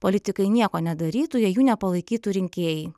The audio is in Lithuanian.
politikai nieko nedarytų jei jų nepalaikytų rinkėjai